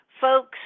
Folks